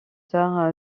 tard